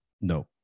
No